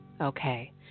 Okay